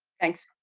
thanks.